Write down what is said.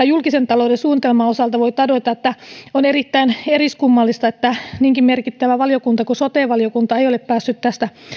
julkisen talouden suunnitelman osalta voi todeta että on erittäin eriskummallista että niinkin merkittävä valiokunta kuin sote valiokunta ei ole päässyt tästä